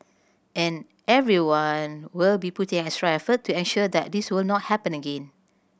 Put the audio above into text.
and everyone will be putting extra effort to ensure that this will not happen again